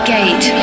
Gate